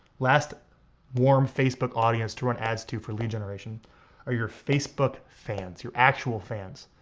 last warm facebook audiences to run ads to for lead generation are your facebook fans, your actual fans.